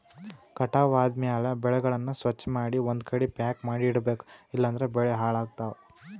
ಕಟಾವ್ ಆದ್ಮ್ಯಾಲ ಬೆಳೆಗಳನ್ನ ಸ್ವಚ್ಛಮಾಡಿ ಒಂದ್ಕಡಿ ಪ್ಯಾಕ್ ಮಾಡಿ ಇಡಬೇಕ್ ಇಲಂದ್ರ ಬೆಳಿ ಹಾಳಾಗ್ತವಾ